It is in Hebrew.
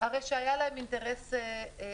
הרי שהיה להם אינטרס להתלונן.